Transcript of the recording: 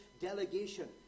delegation